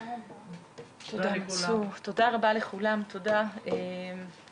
הישיבה ננעלה בשעה 11:20.